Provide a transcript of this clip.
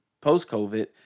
post-COVID